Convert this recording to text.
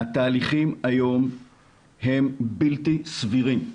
התהליכים היום הם בלתי סבירים,